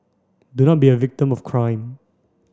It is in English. do not be a victim of crime